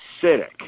acidic